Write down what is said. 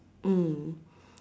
mm